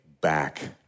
back